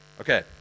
okay